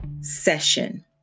session